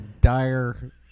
dire